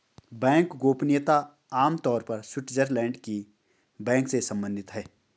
bank गोपनीयता आम तौर पर स्विटज़रलैंड के बैंक से सम्बंधित है